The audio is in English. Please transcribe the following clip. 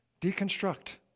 deconstruct